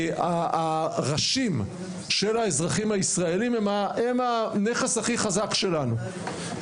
הראשים של האזרחים הישראלים הם הנכס הכי חזק שלנו.